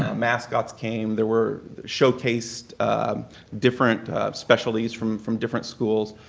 ah mascots came, there were showcased different specialties from from different schools.